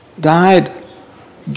died